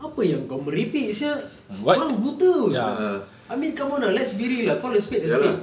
apa yang kau merepek siak korang buta [pe] ah I mean come on ah let's be real ah call a spade a spade